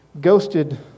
ghosted